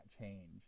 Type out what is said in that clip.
change